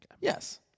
Yes